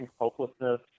hopelessness